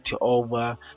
over